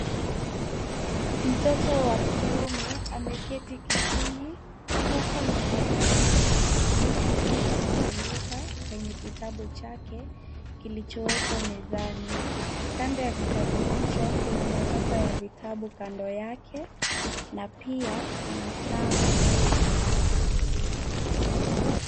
Mtoto wa kiume ameketi kitini huku mama yake akimfundisha kuandika kwenye kitabu chake kilichowekwa mezani. Kando ya kitabu hicho kuna matopa ya vitabu kando yake na pia kuna taa ambayo inaangaza.